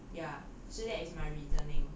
ya so that is my reasoning